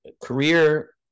career